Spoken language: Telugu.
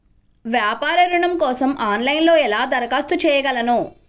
వ్యాపార ఋణం కోసం ఆన్లైన్లో ఎలా దరఖాస్తు చేసుకోగలను?